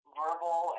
verbal